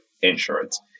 insurance